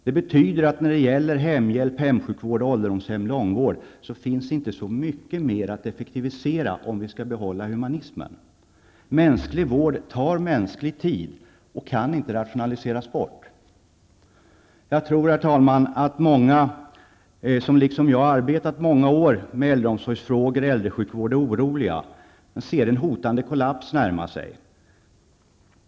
Det betyder att det inte finns så mycket mer att effektivisera när det gäller hemhjälp, hemsjukvård, ålderdomshem och långvård om vi skall behålla humanismen. Mänsklig vård tar mänsklig tid och kan inte rationaliseras bort. Jag tror, herr talman, att många som liksom jag arbetat många år med äldreomsorgsfrågor och äldresjukvård är oroliga. Vi ser en hotande kollaps närma sig.